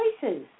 choices